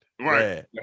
Right